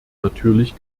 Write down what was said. natürlich